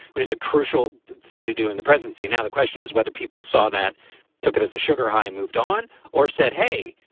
which is a crucial thing to do in the presidency. now, the question is whether people saw that took it as a sugar high and moved on or said, hey,